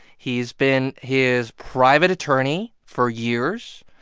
he's been his private attorney for years,